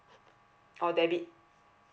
or debit